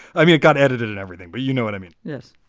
i mean, it got edited and everything, but you know what i mean. yes.